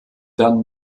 dann